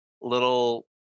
little